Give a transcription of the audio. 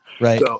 Right